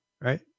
right